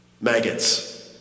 Maggots